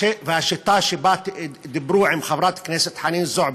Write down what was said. והשיטה שבה דיברו עם חברת הכנסת חנין זועבי,